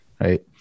right